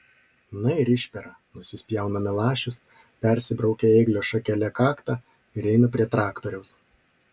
na ir išpera nusispjauna milašius persibraukia ėglio šakele kaktą ir eina prie traktoriaus